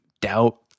doubt